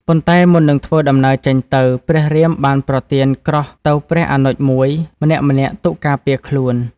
ប៉ុន្តែមុននឹងធ្វើដំណើរចេញទៅ ព្រះរាមបានប្រទានក្រោះទៅព្រះអនុជមួយ ម្នាក់ៗទុកការពារខ្លួន។